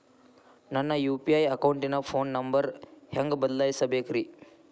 ನನ್ನ ಯು.ಪಿ.ಐ ಅಕೌಂಟಿನ phone number ಹೆಂಗ್ ಬದಲಾಯಿಸ ಬೇಕ್ರಿ?